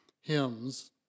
hymns